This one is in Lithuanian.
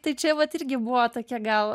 tai čia vat irgi buvo tokia gal